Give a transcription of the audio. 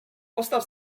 postav